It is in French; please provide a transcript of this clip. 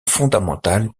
fondamentales